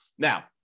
Now